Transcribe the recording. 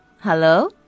Hello